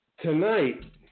tonight